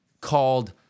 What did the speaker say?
called